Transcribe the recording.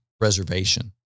reservation